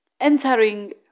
entering